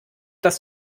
dass